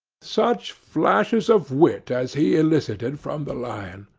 such flashes of wit as he elicited from the lion!